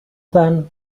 then